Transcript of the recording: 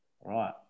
Right